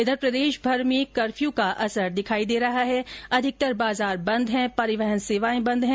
इधर प्रदेशभर में कपर्यू का असर दिखाई दे रहा है अधिकतर बाजार बंद है परिवहन सेवाएं बंद है